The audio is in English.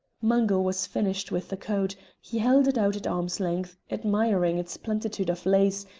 mungo was finished with the coat he held it out at arm's length, admiring its plenitude of lace,